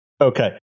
Okay